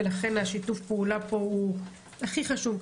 ולכן שיתוף הפעולה פה הוא הכי חשוב,